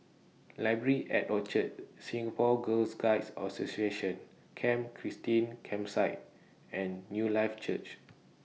Library At Orchard Singapore Girl Guides Association Camp Christine Campsite and Newlife Church